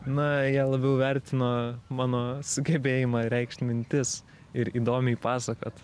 na jie labiau vertino mano sugebėjimą reikšt mintis ir įdomiai pasakot